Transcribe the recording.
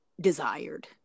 desired